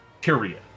period